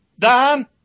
Dan